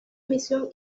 misión